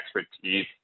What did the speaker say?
expertise